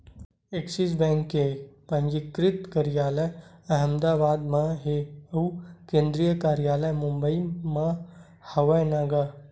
Axis bank के पंजीकृत कारयालय अहमदाबाद म हे अउ केंद्रीय कारयालय मुबई म हवय न गा